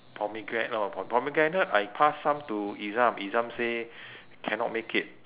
pomegra~ oh po~ pomegranate I passed some to izam izam say cannot make it